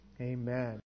amen